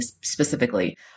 specifically